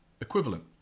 equivalent